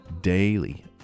daily